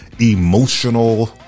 emotional